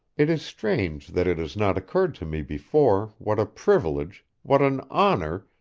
it is strange that it has not occurred to me before what a privilege, what an honor,